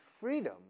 freedom